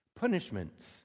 punishments